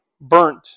burnt